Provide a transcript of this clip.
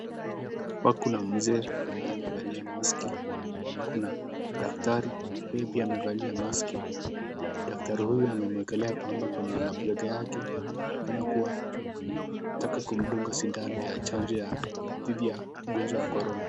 Hapa kuna mzee ambaye amevalia maski na kuna daktari ambaye pia amevalia maski. Daktari huyu amemwekelea pamba kwenye mabega yake, anaonekana kuwa anataka kumdunga sindano ya chanjo ya dhidi ya ugonjwa wa korona.